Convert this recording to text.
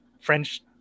french